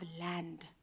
land